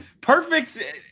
perfect